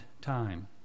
time